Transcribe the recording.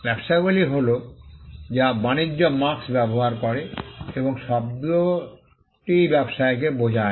ব্যবসায়গুলি হল যা বাণিজ্য মার্ক্স্ ব্যবহার করে এবং শব্দ শব্দটিই ব্যবসায়কে বোঝায়